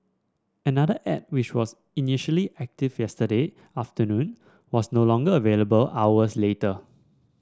another ad which was initially active yesterday afternoon was no longer available hours later